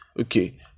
okay